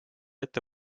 ette